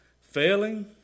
failing